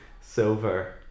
silver